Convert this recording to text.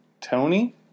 Tony